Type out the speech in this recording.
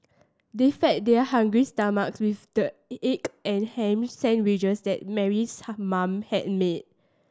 they fed their hungry stomachs with the and ham sandwiches that Mary's mom had made